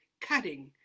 cutting